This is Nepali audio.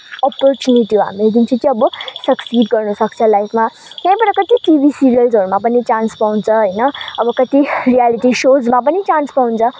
अपरच्युनिटी हो हामीले जुन चाहिँ चाहिँ अब सक्सिड गर्नुसक्छ लाइफमा त्यहीँबाट कति टिभी सिरियल्सहरूमा पनि चान्स पाउँछ होइन अब कति रियालिटी सोजमा पनि चान्स पाउँछ